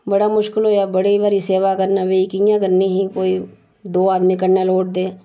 बड़ा मुश्कल होएआ बड़ी भारी सेवा करनी पेई कि'यां करनी ही कोई दो आदमी कन्नै लोड़दे